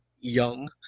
young